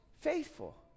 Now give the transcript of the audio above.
faithful